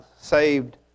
saved